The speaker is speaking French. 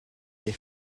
les